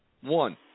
One